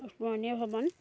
স্মৰণীয় ভ্ৰমণ